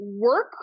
work